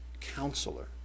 Counselor